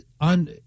On